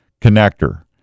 connector